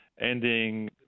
ending